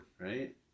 Right